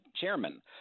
Chairman